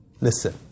Listen